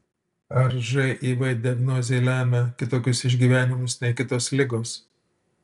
ar živ diagnozė lemia kitokius išgyvenimus nei kitos ligos